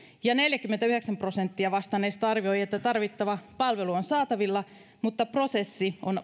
ja neljäkymmentäyhdeksän prosenttia vastanneista arvioi että tarvittava palvelu on saatavilla mutta prosessi on